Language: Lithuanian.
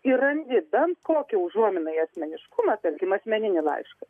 ir randi bent kokią užuominą į asmeniškumą tarkim asmeninį laišką